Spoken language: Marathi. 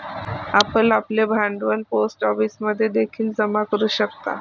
आपण आपले भांडवल पोस्ट ऑफिसमध्ये देखील जमा करू शकता